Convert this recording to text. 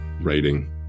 writing